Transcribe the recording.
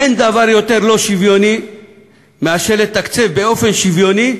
אין דבר יותר לא שוויוני מאשר לתקצב באופן שוויוני